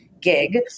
gig